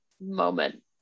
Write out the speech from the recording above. moment